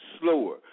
slower